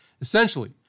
Essentially